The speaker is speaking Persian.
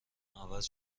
عوض